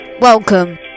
Welcome